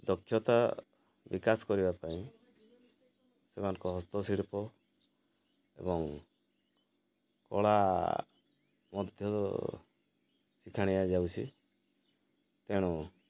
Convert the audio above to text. ଦକ୍ଷତା ବିକାଶ କରିବା ପାଇଁ ସେମାନଙ୍କ ହସ୍ତଶିଳ୍ପ ଏବଂ କଳା ମଧ୍ୟ ଶିଖାଇଦିଆ ଯାଉଛି ତେଣୁ